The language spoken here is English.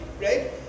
right